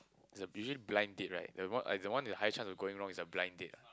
it's a usually blind date right the one ah is the one that has high chance of going wrong is a blind date lah